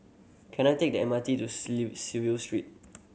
can I take the M R T to Street